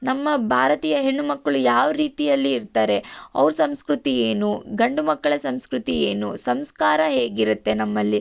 ನಮ್ಮ ಭಾರತೀಯ ಹೆಣ್ಣು ಮಕ್ಕಳು ಯಾವ ರೀತಿಯಲ್ಲಿ ಇರ್ತಾರೆ ಅವ್ರ ಸಂಸ್ಕೃತಿ ಏನು ಗಂಡು ಮಕ್ಕಳ ಸಂಸ್ಕೃತಿ ಏನು ಸಂಸ್ಕಾರ ಹೇಗಿರುತ್ತೆ ನಮ್ಮಲ್ಲಿ